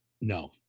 No